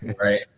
Right